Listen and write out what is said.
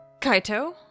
Kaito